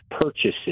purchases